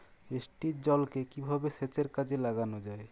বৃষ্টির জলকে কিভাবে সেচের কাজে লাগানো যায়?